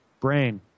brain